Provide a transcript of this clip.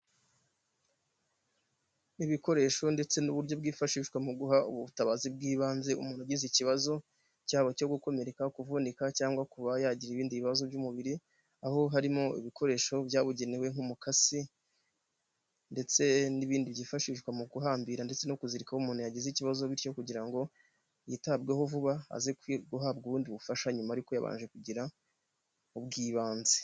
Ibikoresho ndetse n'uburyo bwifashishwa mu guha ubutabazi bw'ibanze umuntu ugize ikibazo, cyaba icyo gukomereka, kuvunika cyangwa kuba yagira ibindi bibazo by'umubiri, aho harimo ibikoresho byabugenewe nk'umukasi ndetse n'ibindi byifashishwa mu guhambira ndetse no kuzirika aho umuntu yagize ikibazo, bityo kugira ngo yitabweho vuba aze guhabwa ubundi bufasha nyuma ariko yabanje kugira ubw'ibanze.